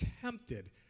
tempted